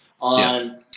on